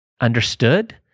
understood